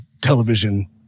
television